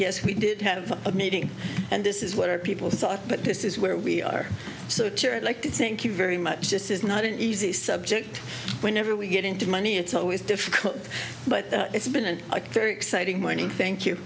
yes we did have a meeting and this is what our people thought but this is where we are so cheer and like to think you very much this is not an easy subject whenever we get into money it's always difficult but it's been an exciting morning thank you